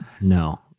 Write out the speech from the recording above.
No